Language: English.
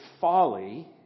folly